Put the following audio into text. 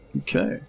Okay